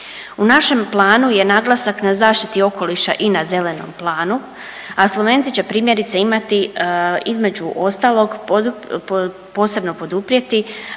U našem planu je naglasak na zaštiti okoliša i na zelenom planu, a Slovenci će primjerice imati između ostalog posebno poduprijeti